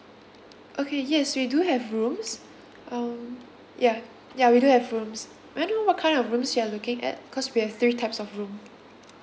okay yes we do have rooms um yeah yeah we do have rooms may I know what kind of rooms you are looking at cause we have three types of room